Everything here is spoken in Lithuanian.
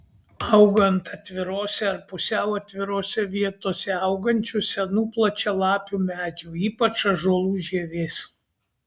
auga ant atvirose ar pusiau atvirose vietose augančių senų plačialapių medžių ypač ąžuolų žievės